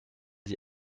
sie